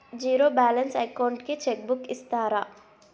Zero balance account కి cheque book ఇస్తారా?